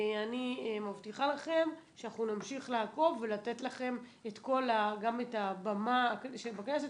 אני מבטיחה לכם שאנחנו נמשיך לעקוב ולתת לכם גם את הבמה בכנסת